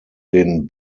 den